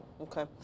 okay